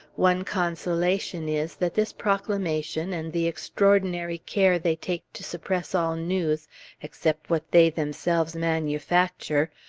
one consolation is, that this proclamation, and the extraordinary care they take to suppress all news except what they themselves manufacture,